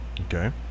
Okay